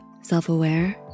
self-aware